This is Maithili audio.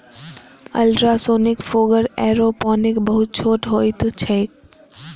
अल्ट्रासोनिक फोगर एयरोपोनिक बहुत छोट होइत छैक